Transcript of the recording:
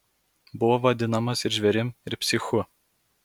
buvo vadinamas ir žvėrim ir psichu